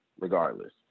regardless